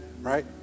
right